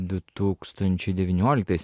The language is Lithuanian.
du tūkstančiai devynioliktais